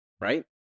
right